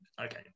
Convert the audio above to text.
okay